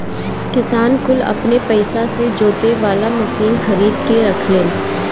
किसान कुल अपने पइसा से जोते वाला मशीन खरीद के रखेलन